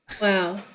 Wow